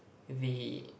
the